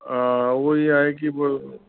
हा उहा ई आहे की बि